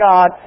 God